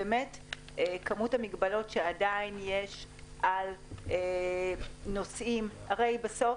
כמות המגבלות שעדיין יש על נוסעים הרי בסוף,